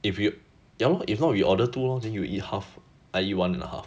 if you ya lor if not we order two lor then you eat half I eat one lah !huh!